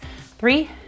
Three